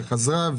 וחזרה,